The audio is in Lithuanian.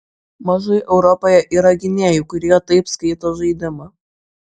mažai europoje yra gynėjų kurie taip skaito žaidimą